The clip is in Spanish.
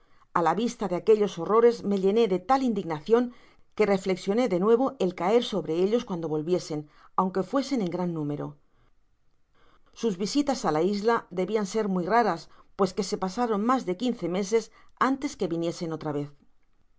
a la vista de aquellos horrores me llené de tal indignacion que reflexionó de nuevo el caer sobre ellos cuando volviesen aunque fuesen en gran número sus visitas á la isla debian ser muy raras pues que se pasaron mas de quince meses antes que viniesen otra vez